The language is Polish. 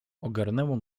ogarnęło